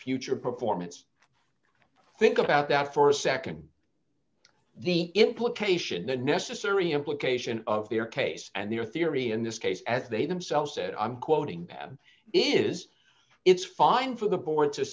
future performance think about that for a nd the implication the necessary implication of their case and their theory in this case as they themselves said i'm quoting him is it's fine for the board to